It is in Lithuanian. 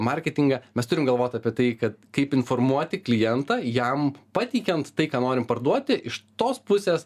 marketingą mes turim galvot apie tai kad kaip informuoti klientą jam pateikiant tai ką norim parduoti iš tos pusės